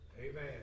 Amen